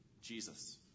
Jesus